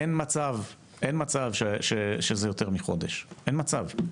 אין מצב שזה יותר מחודש, אין מצב.